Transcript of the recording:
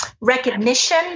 recognition